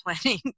planning